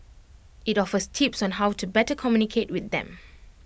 IT offers tips on how to better communicate with them